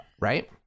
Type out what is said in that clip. right